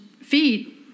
feet